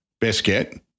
biscuit